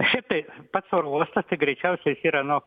šitaip tai pats oro uostas tai greičiausiai jis yra nu